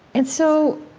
and so,